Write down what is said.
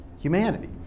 humanity